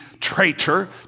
traitor